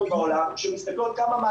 אמר ביום ראשון שתוך יומיים הוא מציג תוכנית.